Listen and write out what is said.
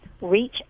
Reach